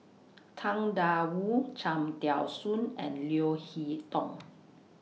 Tang DA Wu Cham Tao Soon and Leo Hee Tong